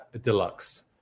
deluxe